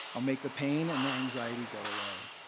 i'll make the pain and the anxiety go away.